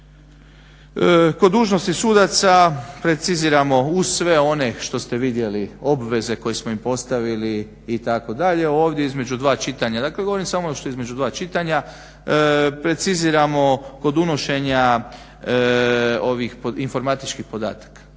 Kod dužnosti sudaca preciziramo uz sve one što ste vidjeli obveze koje smo im postavili itd. ovdje između dva čitanja, dakle govorim samo ono što je između dva čitanja, preciziramo kod unošenja ovih informatičkih podataka.